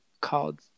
called